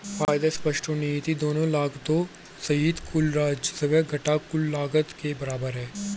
फायदा स्पष्ट और निहित दोनों लागतों सहित कुल राजस्व घटा कुल लागत के बराबर है